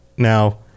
Now